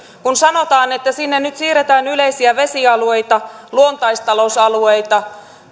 sanotaan että sinne nyt siirretään yleisiä vesialueita luontaistalousalueita